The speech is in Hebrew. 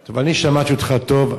טוב, אני שמעתי אותך טוב.